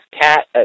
cat